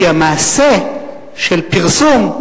כי המעשה של פרסום,